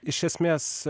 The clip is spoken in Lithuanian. iš esmės